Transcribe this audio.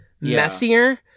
messier